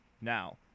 Now